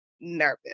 nervous